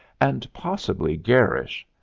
and possibly garish.